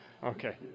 Okay